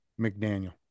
McDaniel